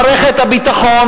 מערכות הביטחון,